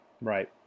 Right